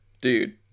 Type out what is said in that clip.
Dude